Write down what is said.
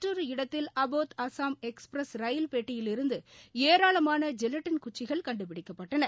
மற்றொரு இடத்ததில் அபோத் அஸ்ஸாம் எக்ஸ்பிரஸ் ரயில் பெட்டியிலிருந்துஏராளமான ஜெலட்டின் குச்சிகள் கண்டுபிடிக்கப்பட்டன